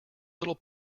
little